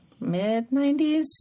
mid-90s